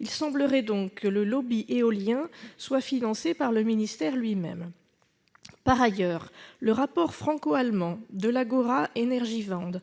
Il semble donc que le lobby éolien soit financé par le ministère lui-même ... Par ailleurs, le rapport franco-allemand d'Agora Energiewende